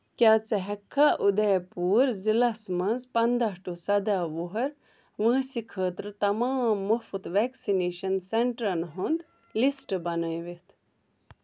کیٛاہ ژٕ ہیٚکٕکھا اُدے پوٗر ضلعس مَنٛز پنٛداہ ٹُو سَداہ وُہر وٲنٛسہِ خٲطرٕ تمام مُفت ویٚکسِنیٚشن سینٛٹرن ہُنٛد لِسٹہٕ بنٲوِتھ